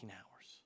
hours